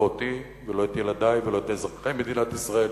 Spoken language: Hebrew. לא אותי ולא את ילדי ולא את אזרחי מדינת ישראל,